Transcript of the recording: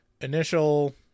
initial